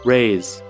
Raise